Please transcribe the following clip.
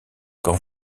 quand